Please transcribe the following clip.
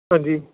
ਹਾਂਜੀ